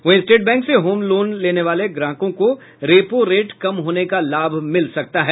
वहीं state bank से home loan लेने वाले ग्राहकों को रेपो रेट कम होने का लाभ मिल सकता है